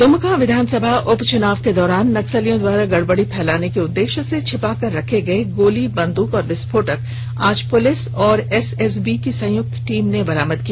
द्मका विधानसभा उपचुनाव के दौरान नक्सलियों द्वारा गड़बड़ी फैलाने के उददेष्य से छिपाकर रखे गये गोली बंद्रक और विस्फोटक को आज पुलिस और एसएसबी की संयुक्त टीम ने बरामद किया